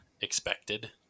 expected